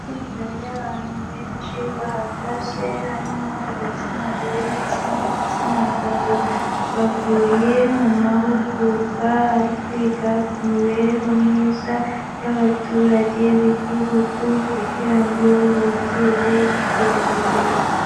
Itsinda ry'abantu benshi bahagaze harimo igitsina gore ndetse n'igitsina gabo, bavuye mu mahugurwa ari kwiga ku mibereho myiza y'abaturage b'igihugu kugira ngo bongere iterambere.